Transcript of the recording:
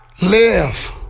Live